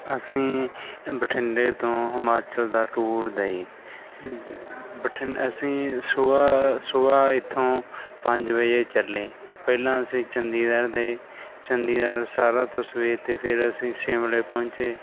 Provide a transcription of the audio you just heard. ਅਸੀਂ ਬਠਿੰਡੇ ਤੋਂ ਹਿਮਾਚਲ ਦਾ ਟੂਰ ਗਏ ਬਠਿੰਡਾ ਅਸੀਂ ਸੁਬਹਾ ਸੁਬਹਾ ਇੱਥੋਂ ਪੰਜ ਵਜੇ ਚੱਲੇ ਪਹਿਲਾਂ ਅਸੀਂ ਚੰਡੀਗੜ੍ਹ ਗਏ ਚੰਡੀਗੜ੍ਹ ਸਾਰਾ ਤੋਂ ਸਵੇਰ ਅਤੇ ਫਿਰ ਅਸੀਂ ਸ਼ਿਮਲੇ ਪਹੁੰਚੇ